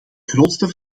grootste